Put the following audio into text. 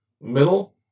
middle